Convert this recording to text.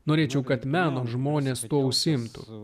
norėčiau kad meno žmonės tuo užsiimtų